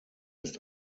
ist